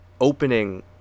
opening